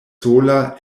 sola